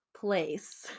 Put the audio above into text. place